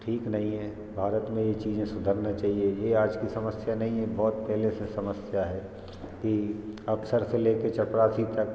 ठीक नहीं है भारत में ये चीज़ें सुधरना चाहिए यह आज की समस्या नहीं है यह बहुत पहले से समस्या है कि अफसर से लेकर चपरासी तक